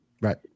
Right